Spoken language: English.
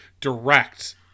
direct